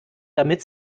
damit